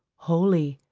holy,